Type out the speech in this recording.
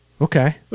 Okay